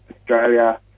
Australia